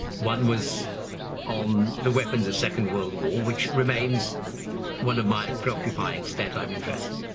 one was on the weapons of second world war, which remains one of my preoccupying spare time interests.